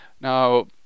Now